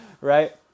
right